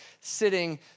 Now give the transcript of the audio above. sitting